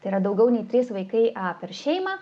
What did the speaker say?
tai yra daugiau nei trys vaikai a per šeimą